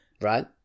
Right